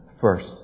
first